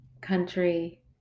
country